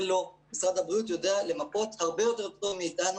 משרד הבריאות יודע למפות הרבה יותר מאתנו